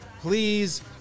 Please